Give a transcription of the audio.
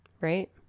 Right